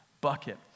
bucket